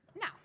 Now